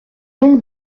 donc